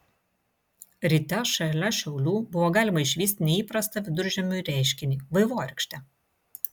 ryte šalia šiaulių buvo galima išvysti neįprastą viduržiemiui reiškinį vaivorykštę